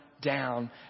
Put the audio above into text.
down